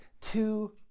two